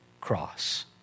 cross